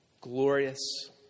Glorious